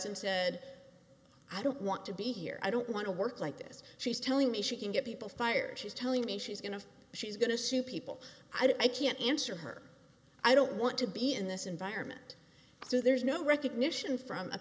and said i don't want to be here i don't want to work like this she's telling me she can get people fired she's telling me she's going to she's going to sue people i can't answer her i don't want to be in this environment so there's no recognition from